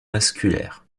vasculaire